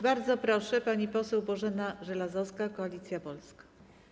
Bardzo proszę, pani poseł Bożena Żelazowska, Koalicja Polska.